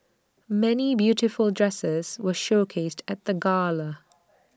many beautiful dresses were showcased at the gala